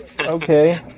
Okay